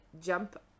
jump